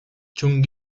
chung